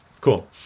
Cool